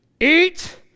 Eat